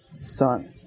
Son